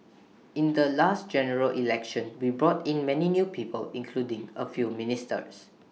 in the last General Election we brought in many new people including A few ministers